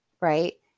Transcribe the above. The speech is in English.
Right